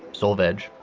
solvejg,